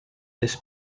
this